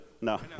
No